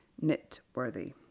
knit-worthy